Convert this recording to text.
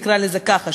נקרא לזה ככה,